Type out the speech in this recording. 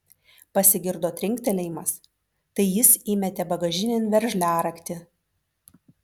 pasigirdo trinktelėjimas tai jis įmetė bagažinėn veržliaraktį